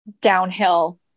downhill